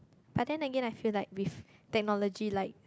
but then Again I feel like with technology like